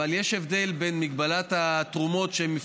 אבל יש הבדל בין מגבלת התרומות שיכולה